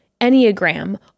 Enneagram